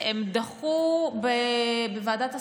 שבועות הם דחו את האיזוק האלקטרוני?